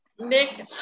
Nick